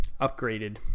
upgraded